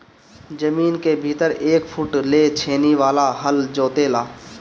जमीन के भीतर एक फुट ले छेनी वाला हल जोते ला